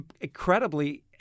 incredibly